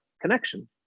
connection